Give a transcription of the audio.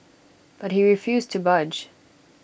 but he refused to budge